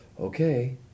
okay